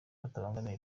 batabangamira